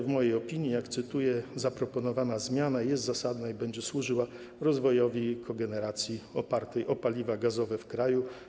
W mojej opinii, cytuję, zaproponowana zmiana jest zasadna i będzie służyła rozwojowi kogeneracji opartej o paliwa gazowe w kraju.